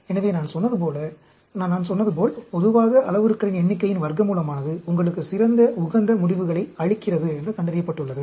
எனவே நான் சொன்னது போல் நான் சொன்னது போல் பொதுவாக அளவுருக்களின் எண்ணிக்கையின் வர்க்கமூலமானது உங்களுக்கு சிறந்த உகந்த முடிவுகளை அளிக்கிறது எனக் கண்டறியப்பட்டுள்ளது